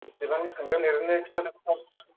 बेसेबां थांगोन ओरैनो खिथानो हागोन